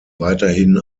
weithin